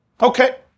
Okay